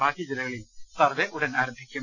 ബാക്കി ജില്ലകളിൽ സർവ്വെ ഉടൻ ആരംഭിക്കും